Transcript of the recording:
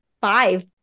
Five